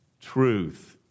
truth